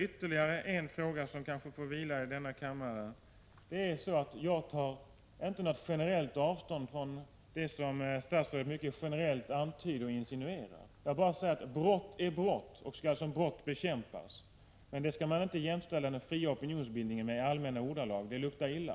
Ytterligare en sak — men den frågan får kanske vara vilande i denna kammare: Jag tar inte generellt avstånd från det som statsrådet i mycket allmänna ordalag antyder, eller insinuerar. Jag bara säger att brott är brott och skall som brott bekämpas. Men det skall man inte i allmänna ordalag jämställa med fri opinionsbildning — det luktar illa!